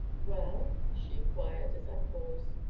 well? she inquired, as i paused.